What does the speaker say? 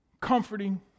comforting